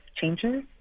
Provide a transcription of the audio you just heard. changes